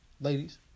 Ladies